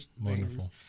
wonderful